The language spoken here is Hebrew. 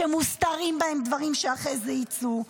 שמוסתרים בהם דברים שאחרי זה יצאו.